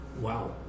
Wow